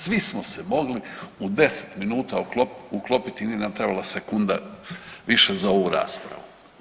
Svi smo se mogli u 10 minuta uklopiti i nije nam trebala sekunda više za ovu raspravu.